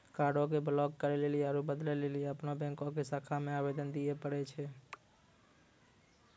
कार्डो के ब्लाक करे लेली आरु बदलै लेली अपनो बैंको के शाखा मे आवेदन दिये पड़ै छै